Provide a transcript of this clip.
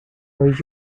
leaf